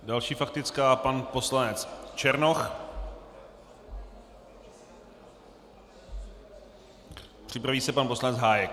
Další faktická, pan poslanec Černoch, připraví se pan poslanec Hájek.